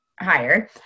higher